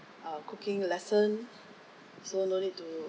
uh cooking lesson so no need to